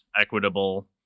equitable